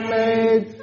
made